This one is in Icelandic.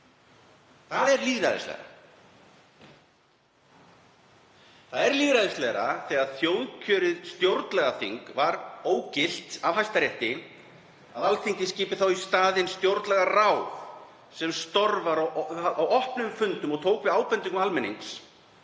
tillögur ráðamanna. Það er lýðræðislegra, þegar þjóðkjörið stjórnlagaþing var ógilt af Hæstarétti, að Alþingi skipi þá í staðinn stjórnlagaráð sem starfar á opnum fundum og tekur við ábendingum almennings.